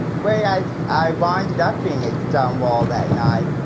way i i winded up being at stonewall that night,